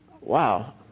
wow